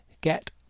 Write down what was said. get